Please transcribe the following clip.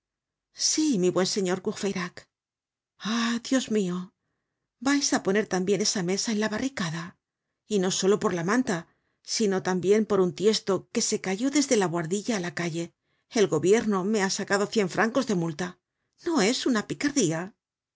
sí mi buen señor courfeyrac ah dios mio vais á poner tambien esa mesa en la barricada y no solo por la manta sino tambien por un tiesto que se cayó desde la buhardilla á la calle el gobierno me ha sacado cien francos de multa no es una picardía